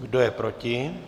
Kdo je proti?